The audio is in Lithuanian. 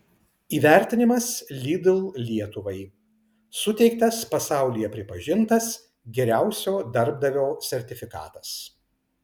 įvertinimas lidl lietuvai suteiktas pasaulyje pripažintas geriausio darbdavio sertifikatas